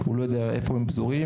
הוא לא יודע איפה הם פזורים.